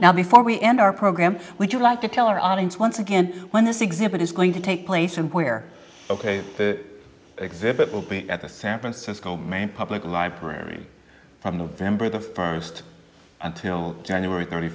now before we end our program would you like to tell our audience once again when this exhibit is going to take place and where ok the exhibit will be at the san francisco maine public library on november the first until january thirty